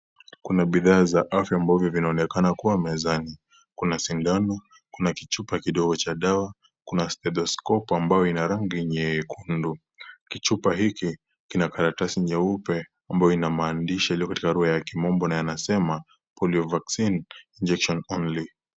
Kuna bidhaa za afya, ambavyo zinaonekana kuwa mezani. Kuna sindano, kuna kichupa kidogo cha dawa, kuna stetoskopu ambayo ina rangi nyekundu. Kichupa hiki, kina kalatasi nyeupe ambayo ina maandishi yaliyo katika lugha ya kimombo na yanayosema , polio vaccine, injection only .